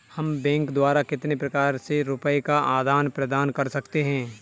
हम बैंक द्वारा कितने प्रकार से रुपये का आदान प्रदान कर सकते हैं?